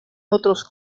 otros